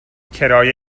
کرایه